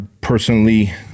personally